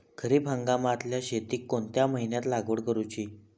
खरीप हंगामातल्या शेतीक कोणत्या महिन्यात लागवड करूची?